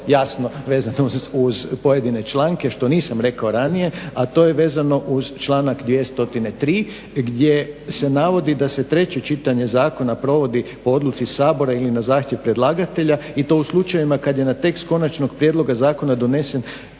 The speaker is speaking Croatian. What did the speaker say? jasno vezano uz pojedine članke što nisam rekao ranije, a to je vezano uz članak 203. gdje se navodi da se treće čitanje zakona provodi po odluci Sabora ili na zahtjev predlagatelja i to u slučajevima kad je na tekst konačnog prijedloga zakona donesen